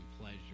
pleasure